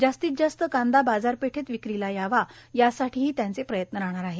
जास्तीत जास्त कांदा बाजारपेठेत विक्रीला यावा यासाठीही त्यांचे प्रयत्न राहणार आहेत